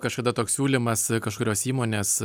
kažkada toks siūlymas kažkurios įmonės